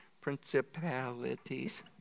Principalities